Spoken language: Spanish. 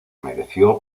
mereció